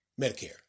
Medicare